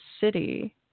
city